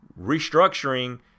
restructuring